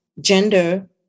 gender